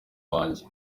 wanjye